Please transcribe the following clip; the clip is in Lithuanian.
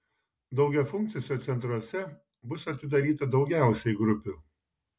daugiafunkciuose centruose bus atidaryta daugiausiai grupių